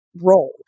role